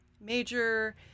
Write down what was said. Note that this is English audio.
major